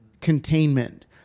containment